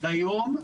ליום,